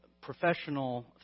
professional